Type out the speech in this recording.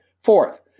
Fourth